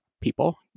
People